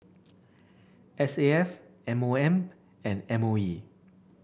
S A F M O M and M O E